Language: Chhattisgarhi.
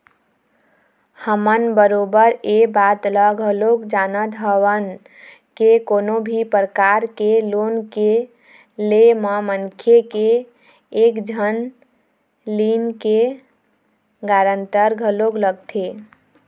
हमन बरोबर ऐ बात ल घलोक जानत हवन के कोनो भी परकार के लोन के ले म मनखे के एक झन लोन के गारंटर घलोक लगथे